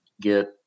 get